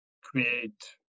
create